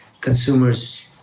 consumers